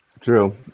True